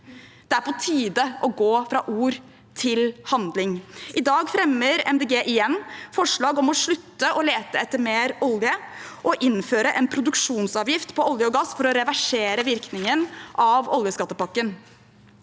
Det er på tide å gå fra ord til handling. I dag fremmer Miljøpartiet De Grønne igjen forslag om å slutte å lete etter mer olje og innføre en produksjonsavgift på olje og gass, for å reversere virkningen av oljeskattepakken.